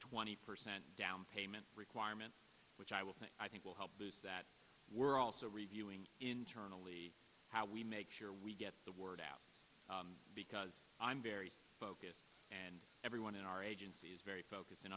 twenty percent down payment requirement which i will say i think will help that we're also reviewing internally how we make sure we get the word out because i'm very focused and everyone in our agency is very focused and